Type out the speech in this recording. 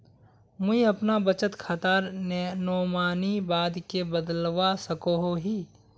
मुई अपना बचत खातार नोमानी बाद के बदलवा सकोहो ही?